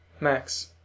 Max